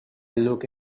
look